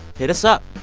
hit us up.